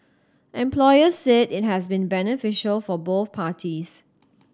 employers said it has been beneficial for both parties